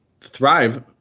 thrive